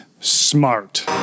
smart